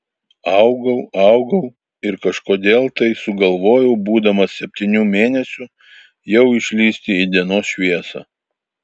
augau augau ir kažkodėl tai sugalvojau būdamas septynių mėnesių jau išlįsti į dienos šviesą